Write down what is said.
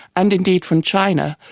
and indeed from china.